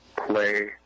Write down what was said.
play